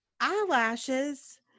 eyelashes